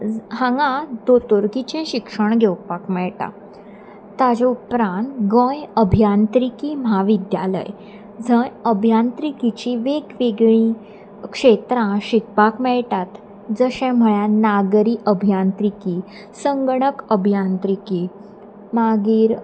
हांगा दोतोरकीचें शिक्षण घेवपाक मेळटा ताजे उपरांत गोंय अभियांत्रिकी म्हाविद्यालय जंय अभियांत्रिकीची वेगवेगळीं क्षेत्रां शिकपाक मेळटात जशें म्हळ्यार नागरी अभियांत्रिकी संगणक अभियांत्रिकी मागीर